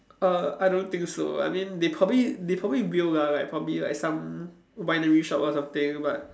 err I don't think so I mean they probably they probably will lah like for me like some winery shop or something but